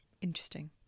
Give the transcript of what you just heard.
interesting